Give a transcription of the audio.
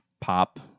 pop